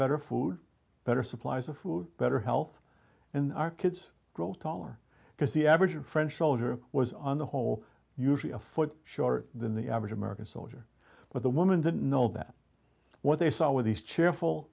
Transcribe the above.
better food better supplies of food better health and our kids grow taller because the average french soldier was on the whole usually a foot shorter than the average american soldier but the woman didn't know that what they saw were these cheerful